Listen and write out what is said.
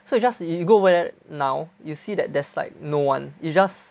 so you just you go over there now you see that there's like no one you just